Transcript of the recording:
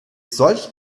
solch